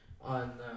on